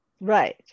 right